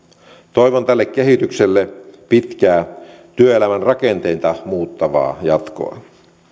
toivon tälle kehitykselle pitkää työelämän rakenteita muuttavaa jatkoa